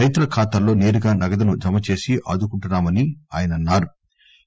రైతుల ఖాతాలో నేరుగా నగదును జమ చేసి ఆదుకుంటుందన్నారు